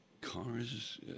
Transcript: cars